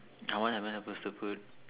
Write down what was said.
how much I'm supposed to put